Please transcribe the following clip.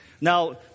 Now